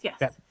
yes